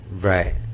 Right